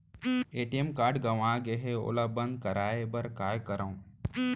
ATM card गंवा गे है ओला बंद कराये बर का करंव?